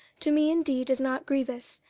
to me indeed is not grievous,